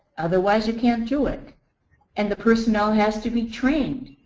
otherwise, you can't do it and the personnel has to be trained.